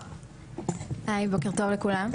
היי, בוקר טוב לכולם.